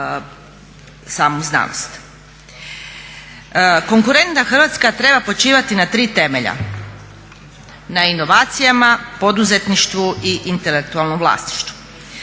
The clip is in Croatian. Konkurentna Hrvatska treba počivati na 3 temelja. na inovacijama, poduzetništvu i intelektualnom vlasništvu.